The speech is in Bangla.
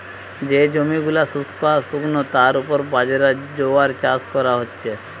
যে জমি গুলা শুস্ক আর শুকনো তার উপর বাজরা, জোয়ার চাষ কোরা হচ্ছে